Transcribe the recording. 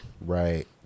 Right